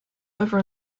over